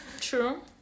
True